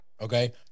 Okay